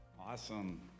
Awesome